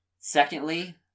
Secondly